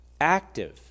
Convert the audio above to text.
active